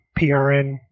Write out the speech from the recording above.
PRN